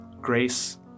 grace